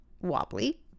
wobbly